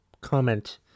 comment